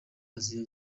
aziya